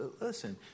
listen